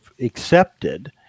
accepted